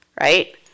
Right